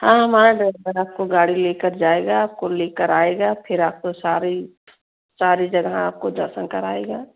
हाँ हमारा ड्राइबर आपको गाड़ी ले कर जाएगा आपको ले कर आएगा फिर आपको सारी सारी जगह आपको दर्शन कराएगा